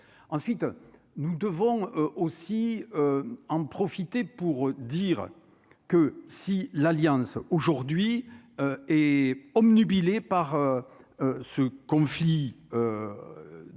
ensuite, nous devons aussi en profiter pour dire que si l'alliance aujourd'hui est obnubilée par ce conflit de